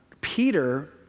Peter